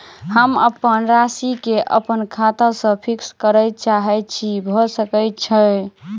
हम अप्पन राशि केँ अप्पन खाता सँ फिक्स करऽ चाहै छी भऽ सकै छै?